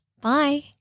Bye